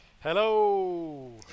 Hello